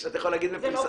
את יכולה להגיד בפריסה אחת.